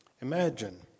Imagine